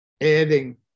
adding